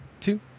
two